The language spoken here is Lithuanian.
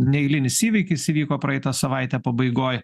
neeilinis įvykis įvyko praeitą savaitę pabaigoj